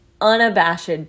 unabashed